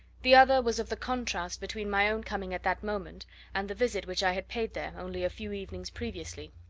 the other was of the contrast between my own coming at that moment and the visit which i had paid there, only a few evenings previously,